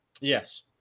Yes